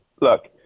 Look